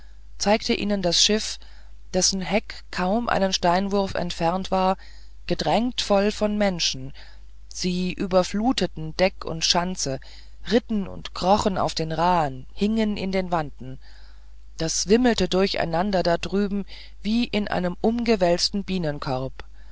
zeigte ihnen das schiff dessen heck kaum einen steinwurf entfernt war gedrängt voll von menschen sie überfluteten deck und schanze ritten und krochen auf den rahen hingen in den wanten das wimmelte durcheinander da drüben wie in einem umgewälzten bienenkorb